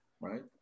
Right